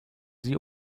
sie